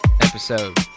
episode